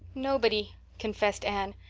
nobody, confessed anne.